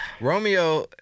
Romeo